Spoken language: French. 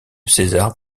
césar